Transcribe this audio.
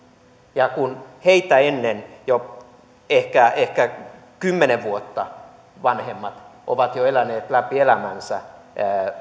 ja heitä ennen jo ehkä ehkä kymmenen vuotta vanhemmat ovat jo eläneet läpi elämänsä